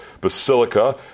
Basilica